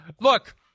Look